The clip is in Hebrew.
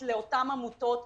בעד תקופת זכאות אחת או יותר,